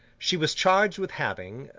she was charged with having,